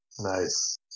Nice